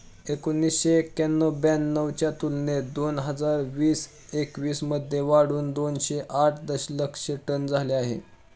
एकोणीसशे एक्क्याण्णव ब्याण्णव च्या तुलनेत दोन हजार वीस एकवीस मध्ये वाढून दोनशे आठ दशलक्ष टन झाले आहे